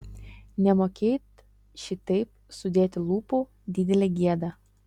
nemokėt šitaip sudėti lūpų didelė gėda